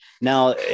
now